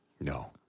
No